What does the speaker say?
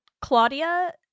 Claudia-